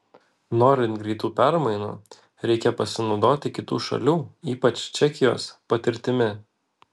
norint greitų permainų reikia pasinaudoti kitų šalių ypač čekijos patirtimi